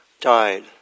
died